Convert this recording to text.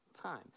time